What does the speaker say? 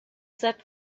set